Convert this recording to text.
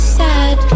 sad